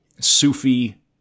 Sufi